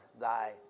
thy